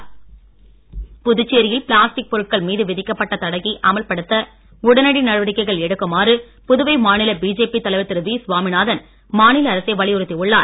சுவாமி நாதன் புதுச்சேரியில் பிளாஸ்டிக் பொருட்கள் மீது விதிக்கப்பட்ட தடையை அமல்படுத்த உடனடி நடவடிக்கைகள் எடுக்குமாறு புதுவை மாநில பிஜேபி தலைவர் திரு வி சுவாமிநாதன் மாநில அரசை வலியுறுத்தி உள்ளார்